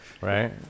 Right